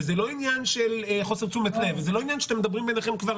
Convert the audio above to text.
וזה לא עניין של שאתם מדברים ביניכם כבר